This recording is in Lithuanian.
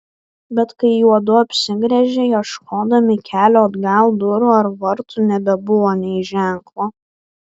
bet kai juodu apsigręžė ieškodami kelio atgal durų ar vartų nebebuvo nė ženklo